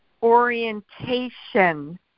orientation